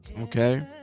Okay